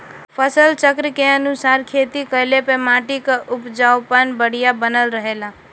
फसल चक्र के अनुसार खेती कइले पर माटी कअ उपजाऊपन बढ़िया बनल रहेला